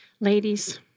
Ladies